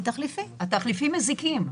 התחליפים מזיקים.